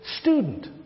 Student